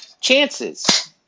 chances